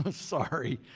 but sorry,